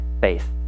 faith